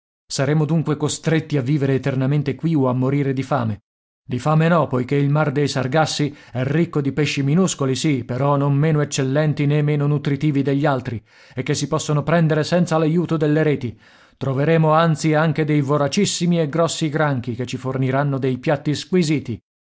saremo dunque costretti a vivere eternamente qui o a morire di fame di fame no poiché il mar dei sargassi è ricco di pesci minuscoli sì però non meno eccellenti né meno nutritivi degli altri e che si possono prendere senza l'aiuto delle reti troveremo anzi anche dei voracissimi e grossi granchi che ci forniranno dei piatti squisiti